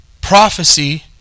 Prophecy